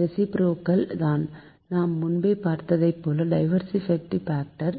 reciprocal தான் நாம் முன்பே பார்த்ததைப்போல டைவர்ஸிட்டி பாக்டர்